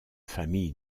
famille